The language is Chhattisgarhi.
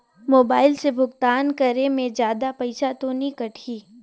मोबाइल से भुगतान करे मे जादा पईसा तो नि कटही?